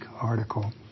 article